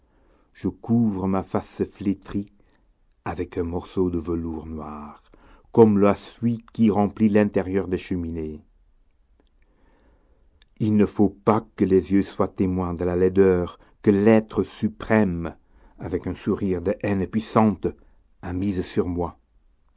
je couvre ma face flétrie avec un morceau de velours noir comme la suie qui remplit l'intérieur des cheminées il ne faut pas que les yeux soient témoins de la laideur que l'être suprême avec un sourire de haine puissante a mise sur moi